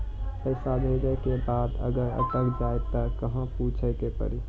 पैसा भेजै के बाद अगर अटक जाए ता कहां पूछे के पड़ी?